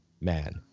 man